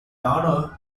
honor